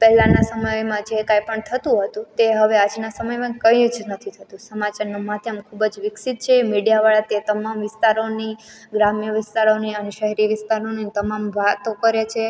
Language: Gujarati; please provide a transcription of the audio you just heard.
પહેલાના સમયમાં જે કાંઈપણ થતું હતું તે હવે આજના સમયમાં કંઈ જ નથી થતું સમાચારનું માધ્યમ ખૂબ જ વિકસિત છે મીડિયાવાળા તે તમામ વિસ્તારોની ગ્રામ્ય વિસ્તારોની અને શહેરી વિસ્તારોની તમામ વાતો કરે છે